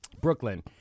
Brooklyn